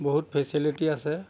বহুত ফেচিলিটি আছে